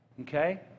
Okay